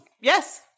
Yes